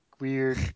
weird